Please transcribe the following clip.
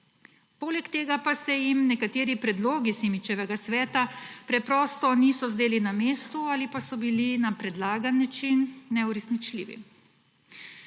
Poleg tega pa se jim nekateri predlogi Simičevega sveta preprosto niso zdeli na mestu ali pa so bili na predlagani način neuresničljivi.